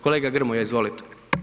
Kolega Grmoja, izvolite.